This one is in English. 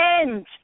end